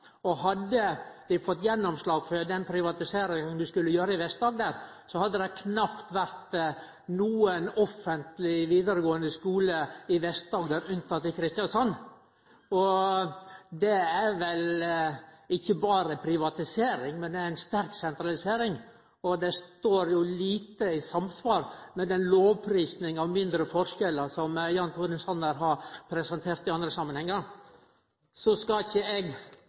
makta. Hadde dei fått gjennomslag for den privatiseringa som dei skulle gjere i Vest-Agder, hadde det knapt vore nokon offentleg vidaregåande skule i Vest-Agder, bortsett frå i Kristiansand. Det var vel ikkje berre snakk om privatisering, men ei sterk sentralisering, og det står jo lite i samsvar med den lovprisinga av mindre forskjellar som Jan Tore Sanner har presentert i andre samanhengar. Så skal ikkje eg